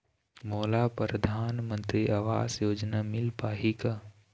मोला परधानमंतरी आवास योजना मिल पाही का?